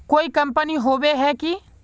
कोई कंपनी होबे है की?